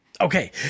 Okay